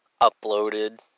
uploaded